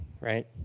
right